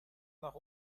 nach